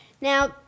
now